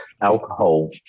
alcohol